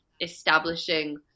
establishing